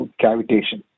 cavitation